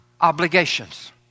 obligations